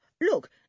Look